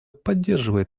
поддерживаем